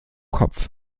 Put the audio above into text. kopf